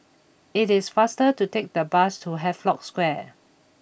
it is faster to take the bus to Havelock Square